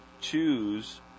choose